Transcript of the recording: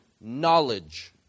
knowledge